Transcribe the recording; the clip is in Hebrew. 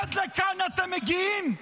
עד לכאן אתם מגיעים?